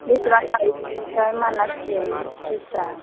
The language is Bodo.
बेसेबां लायोथाय मानाससिम फिसआ